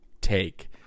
take